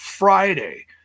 friday